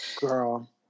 girl